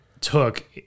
took